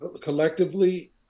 Collectively